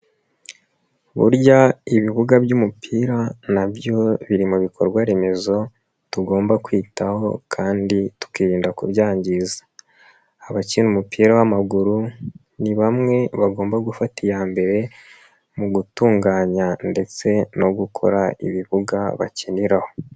Burya ibibuga by'umupira na byo biri mu bikorwaremezo tugomba kwitaho kandi tukirinda kubyangiza, abakina umupira w'amaguru ni bamwe bagomba gufata iya mbere mu gutunganya ndetse no gukora ibibuga bakiniraho.